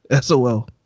sol